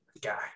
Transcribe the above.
guy